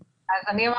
אז כן נדרש אישור.